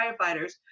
firefighters